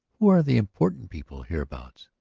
who are the important people hereabouts?